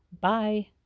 Bye